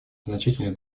значительный